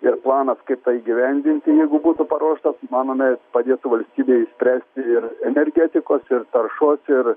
ir planas kaip tą įgyvendinti jeigu būtų paruoštas manome padėtų valstybei išspręsti ir energetikos ir taršos ir